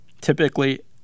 Typically